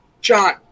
john